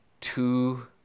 two